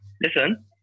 listen